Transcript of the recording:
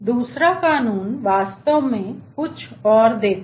दूसरा कानून वास्तव में कुछ और देता है